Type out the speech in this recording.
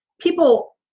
people